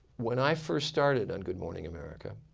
when i first started on good morning america